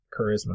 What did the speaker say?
Charisma